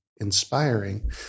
inspiring